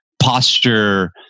posture